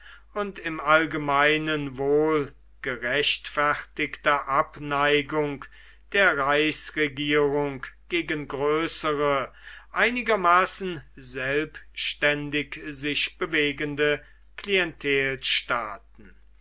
und im allgemeinen wohl gerechtfertigte abneigung der reichsregierung gegen größere einigermaßen selbständig sich bewegende